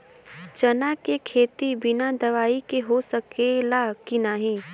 चना के खेती बिना दवाई के हो सकेला की नाही?